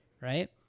right